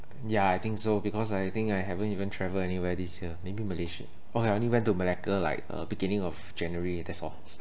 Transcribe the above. yeah I think so because I think I haven't even travel anywhere this year maybe Malaysia oh I only went to Malacca like uh beginning of january that's all